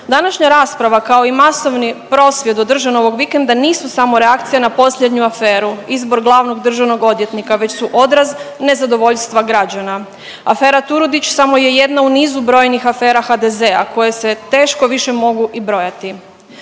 Današnja rasprava, kao i masovni prosvjed održan ovog vikenda nisu samo reakcija na posljednju aferu, izbor glavnog državnog odvjetnika već su odraz nezadovoljstva građana. Afera Turudić samo je jedna u nizu brojnih afera HDZ-a koje se teško više mogu i brojati.